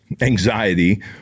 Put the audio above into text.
anxiety